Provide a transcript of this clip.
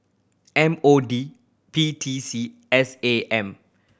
M O D P T C S A M